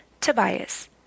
Tobias